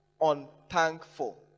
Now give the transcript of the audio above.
unthankful